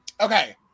okay